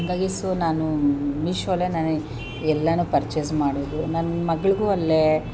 ಹಂಗಾಗಿ ಸೋ ನಾನೂ ಮೀಶೋಲ್ಲೆ ನಾನು ಎಲ್ಲಾ ಪರ್ಚೇಸ್ ಮಾಡೋದು ನನ್ನ ಮಗಳಿಗೂ ಅಲ್ಲೇ